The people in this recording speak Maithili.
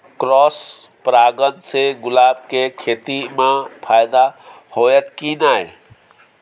क्रॉस परागण से गुलाब के खेती म फायदा होयत की नय?